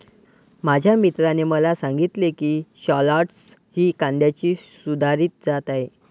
माझ्या मित्राने मला सांगितले की शालॉट्स ही कांद्याची सुधारित जात आहे